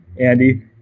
Andy